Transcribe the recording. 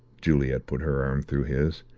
juliet put her arm through his.